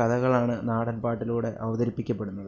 കഥകളാണ് നാടൻപാട്ടിലൂടെ അവതരിപ്പിക്കപ്പെടുന്നത്